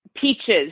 peaches